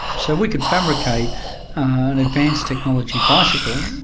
so we could fabricate advanced technology bicycle,